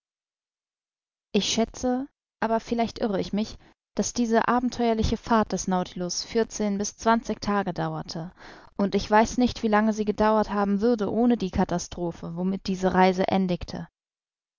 ich schätze aber vielleicht irre ich mich daß diese abenteuerliche fahrt des nautilus vierzehn bis zwanzig tage dauerte und ich weiß nicht wie lange sie gedauert haben würde ohne die katastrophe womit diese reise